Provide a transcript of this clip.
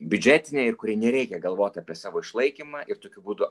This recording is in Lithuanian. biudžetinė ir kuriai nereikia galvot apie savo išlaikymą ir tokiu būdu